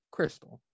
Crystal